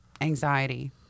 anxiety